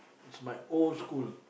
is my old school